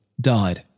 died